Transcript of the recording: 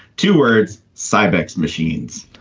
two words, so sbx machines,